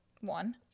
one